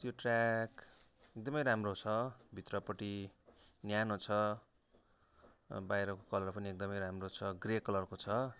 त्यो ट्र्याक एकदमै राम्रो छ भित्रपट्टि न्यानो छ बाहिरको कलर पनि एकदमै राम्रो छ ग्रे कलरको छ